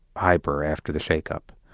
hyper after the shakeup.